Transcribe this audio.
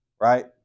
right